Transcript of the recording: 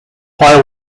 while